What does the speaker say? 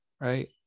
right